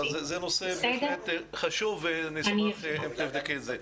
אז זה נושא בהחלט חשוב ונשמח אם תבדקי את זה.